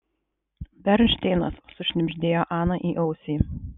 bernšteinas sušnibždėjo ana į ausį